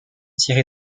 tiré